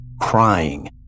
crying